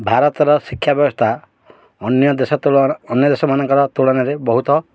ଭାରତର ଶିକ୍ଷା ବ୍ୟବସ୍ଥା ଅନ୍ୟ ଦେଶ ତୁଳନା ଅନ୍ୟ ଦେଶମାନଙ୍କର ତୁଳନାରେ ବହୁତ